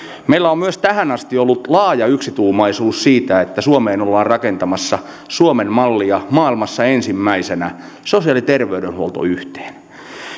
meillä on myös tähän asti ollut laaja yksituumaisuus siitä että suomeen ollaan rakentamassa suomen mallia maailmassa ensimmäisenä sosiaali ja terveydenhuolto yhteen